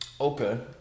Okay